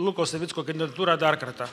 luko savicko kandidatūrą dar kartą